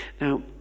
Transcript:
Now